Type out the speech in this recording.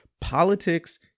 Politics